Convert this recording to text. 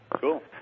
Cool